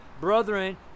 brethren